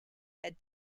had